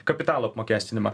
kapitalo apmokestinimą